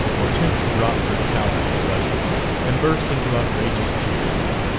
hortense dropped her palette and brushes and burst into outrageous tears.